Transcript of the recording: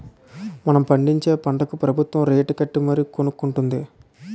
మనం పండించే పంటలకు ప్రబుత్వం రేటుకట్టి మరీ కొనుక్కొంటుంది